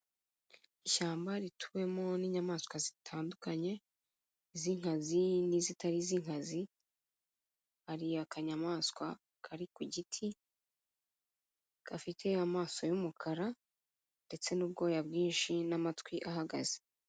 Ishyamba rituwemo n'inyamaswa zitandukanye z'inkazi n'izitari z'inkazi, hari akanyamaswa kari ku giti gafite amaso y'umukara ndetse n'ubwoya bwinshi n'amatwi ahagaze.